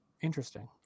Interesting